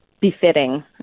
befitting